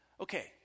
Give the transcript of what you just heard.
Okay